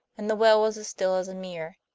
and the well was as still as a mirror.